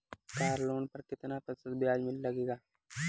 Car loan पर कितना प्रतिशत ब्याज लगेगा?